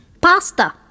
pasta